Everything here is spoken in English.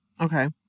okay